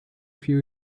few